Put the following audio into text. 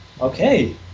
Okay